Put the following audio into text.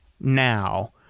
now